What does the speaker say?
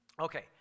Okay